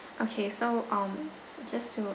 okay so um just to